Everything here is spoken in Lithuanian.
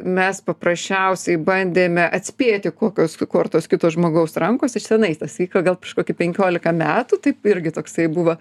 mes paprasčiausiai bandėme atspėti kokios kortos kito žmogaus rankose čia senai tas vyko gal prieš kokį penkiolika metų taip irgi toksai buvo